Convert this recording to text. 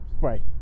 Right